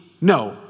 no